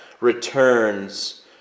returns